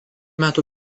metų